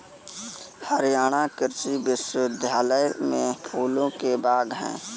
हरियाणा कृषि विश्वविद्यालय में फूलों के बाग हैं